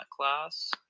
class